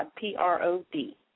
P-R-O-D